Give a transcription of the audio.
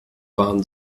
waren